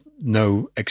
no